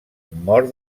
mor